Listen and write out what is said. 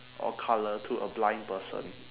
or colour to a blind person